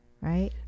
Right